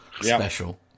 special